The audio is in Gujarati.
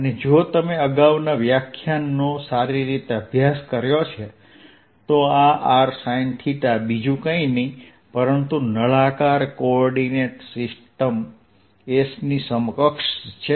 અને જો તમે અગાઉના વ્યાખ્યાનનો સારી રીતે અભ્યાસ કર્યો છે તો આ r sine બીજું કંઈ નથી પરંતુ નળાકાર કોઓર્ડિનેટ S ની સમકક્ષ છે